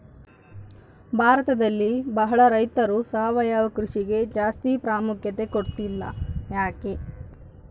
ಭಾರತದಲ್ಲಿ ಬಹಳ ರೈತರು ಸಾವಯವ ಕೃಷಿಗೆ ಜಾಸ್ತಿ ಪ್ರಾಮುಖ್ಯತೆ ಕೊಡ್ತಿಲ್ಲ ಯಾಕೆ?